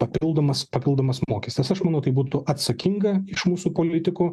papildomas papildomas mokestis aš manau tai būtų atsakinga iš mūsų politikų